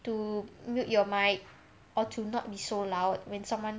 to mute your mic or to not be so loud when someone